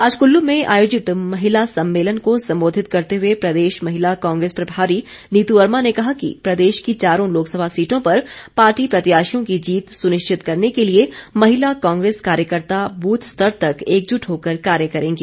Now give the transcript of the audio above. आज कुल्लू में आयोजित महिला सम्मेलन को सम्बोधित करते हुए प्रदेश महिला कांग्रेस प्रभारी नीतू वर्मा ने कहा कि प्रदेश की चारों लोकसभा सीटों पर पार्टी प्रत्याशियों की जीत सुनिश्चित करने के लिए महिला कांग्रेस कार्यकर्ता बूथ स्तर तक एकजुट होकर कार्य करेंगी